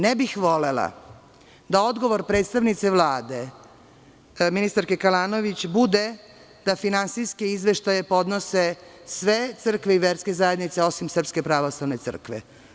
Ne bih volela da odgovor predstavnice Vlade, ministarke Kalanović, bude da finansijske izveštaje podnose sve crkve i verske zajednice, osim Srpske pravoslavne crkve.